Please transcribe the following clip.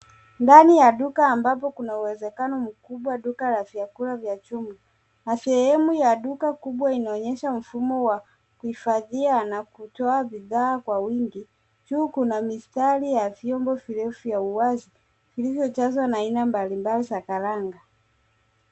Ndani ya duka ambapo kuna uwezekano mkubwa duka la vyakula vya jumla. Masehemu ya duka kubwa inaonyesha mfumo wa kuhifadhia na kutoa bidhaa kwa wingi. Juu kuna mistari ya vyombo virefu vya uwazi, vilivyjazwa na aina mbali mbali za karanga.